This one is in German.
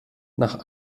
nach